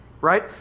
Right